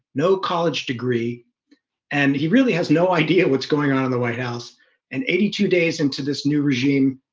no college degree and he really has no idea what's going on in the white house and eighty two days into this new regime